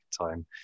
time